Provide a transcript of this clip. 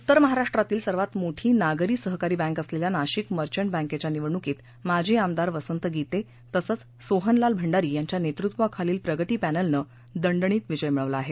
उत्तर महाराष्ट्रातील सर्वात मोठी नागरी सहकारी बँक असलेल्या नाशिक मर्चट बँकेच्या निवडणुकीत माजी आमदार वसंत गीते तसंच सोहनलाल भंडारी यांच्या नेतृत्वाखालील प्रगती पर्तिक्रिनं दणदणीत विजय मिळवला आहे